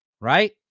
right